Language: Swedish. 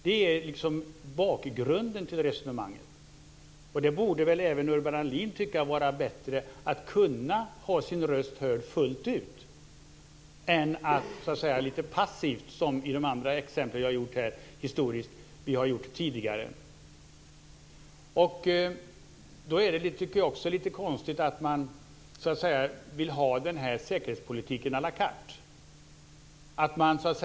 Det är bakgrunden till resonemanget. Det borde väl även Urban Ahlin tycka är bättre; att kunna göra sin röst hörd fullt ut. Det borde vara bättre än att vara lite passiv, som i de andra exemplen, de historiska exempel som jag har tagit upp. Så har vi gjort tidigare. Då är det också lite konstigt, tycker jag, att man vill ha den här säkerhetspolitiken så att säga à la carte.